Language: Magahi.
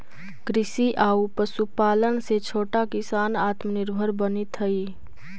कृषि आउ पशुपालन से छोटा किसान आत्मनिर्भर बनित हइ